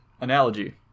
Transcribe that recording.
analogy